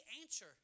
answer